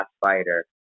fighter